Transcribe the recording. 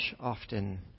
often